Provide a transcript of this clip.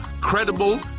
credible